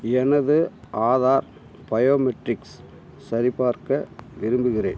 எனது ஆதார் பயோமெட்ரிக்ஸ் சரிபார்க்க விரும்புகிறேன்